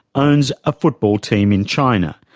owns a football team in china,